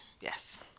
Yes